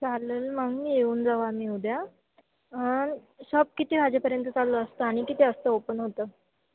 चालेल मग मी येऊन जाऊ आम्ही उद्या शॉप किती वाजेपर्यंत चालू असतं आणि किती वाजता ओपन होतं